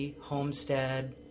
Homestead